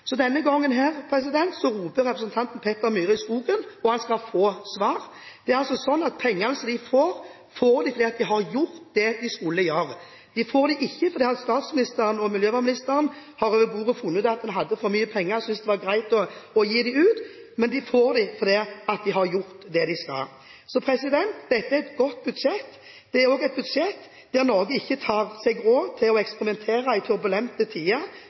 Så denne gangen roper representanten Peter N. Myhre i skogen – og han skal få svar. Det er sånn at pengene som de får, får de fordi de har gjort det de skulle gjøre. De får det ikke fordi statsministeren og miljøvernministeren over bordet har funnet ut at de hadde for mange penger og syntes det var greit å gi dem ut, men de får dem fordi de har gjort det de skal. Dette er et godt budsjett. Det er et budsjett der Norge ikke tar seg råd til å eksperimentere i turbulente tider.